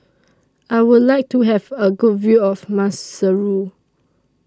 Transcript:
I Would like to Have A Good View of Maseru